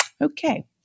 Okay